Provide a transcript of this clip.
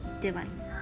Divine